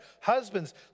Husbands